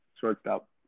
shortstop